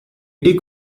dig